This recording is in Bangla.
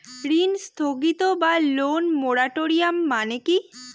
ঋণ স্থগিত বা লোন মোরাটোরিয়াম মানে কি?